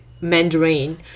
Mandarin